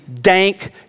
dank